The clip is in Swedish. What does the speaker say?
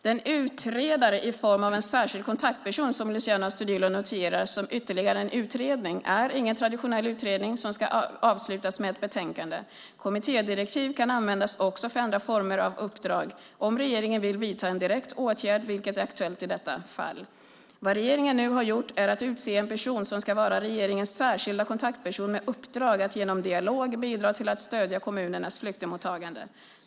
Den utredare i form av en särskild kontaktperson som Luciano Astudillo noterar som ytterligare en utredning är ingen traditionell utredning som ska avslutas med ett betänkande. Kommittédirektiv kan användas också för andra former av uppdrag, om regeringen vill vidta en direkt åtgärd vilket är aktuellt i detta fall. Vad regeringen nu har gjort är att utse en person som ska vara regeringens särskilda kontaktperson med uppdrag att genom dialog bidra till att stödja kommunernas flyktingmottagande.